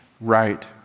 right